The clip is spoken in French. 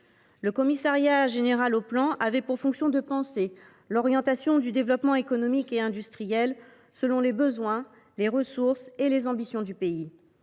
Le Commissariat général du plan avait pour fonction de penser l’orientation du développement économique et industriel selon les besoins, les ressources et les ambitions du pays.